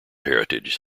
heritage